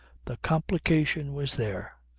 the complication was there!